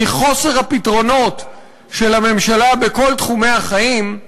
מחוסר הפתרונות של הממשלה בכל תחומי החיים,